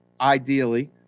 ideally